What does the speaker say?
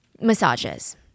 massages